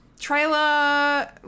trailer